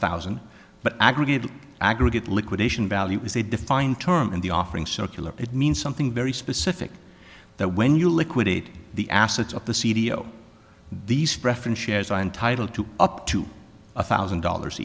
thousand but aggregated aggregate liquidation value is a defined term in the offering circular it means something very specific that when you liquidate the assets of the c d o these preference shares are entitled to up to one thousand dollars